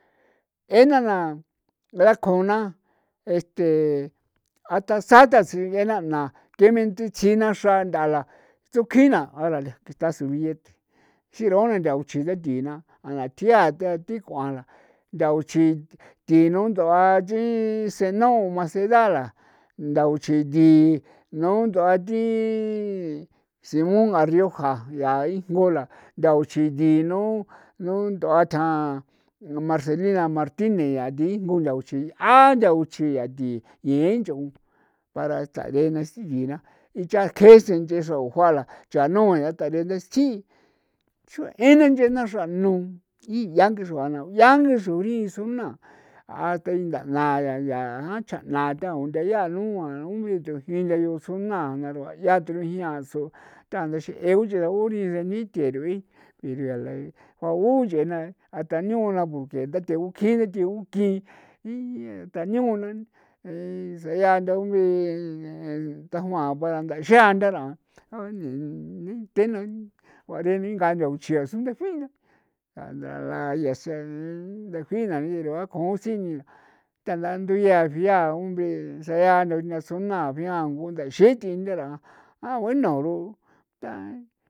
E'ena na rakjuuna este ata sarta na sinena na ke mentichina xra ntha la tsukjin na- órale aquí está su billete xirona ndaguchi nda ti na a na thia ta tik'ua la ndaguchi tinu nt'ua chi zenón maceda la ndaguchi dinu nt'ua thi simon arrioja yaa ijngo la ndaguchi dinu nu nt'ua than marcelina martinez yaa thi ijngo a ndaguchi aa ndaguchi yaa tii ye nch'on para starena singina icha kjesen nche xrou jua la chanua ya tare xii xue' ena nche na xra nu iya ngee xruana yan nge suri suna hasta inda na ya yaa ncha'na thao nthe ya nua suna roa yao turojian son tanda xe'e uxeri niter'ui unch'e na a ta nio porque ndate gukji ndate guki tanio guna saya nda ta juan baranda xian ndara thena guare ninga ndaguchi ndejuina ndala yasen ndejuina nirua cusini tanda nduya fria hombre saya na suna fria gunda xi'thi ndara a bueno ru ta.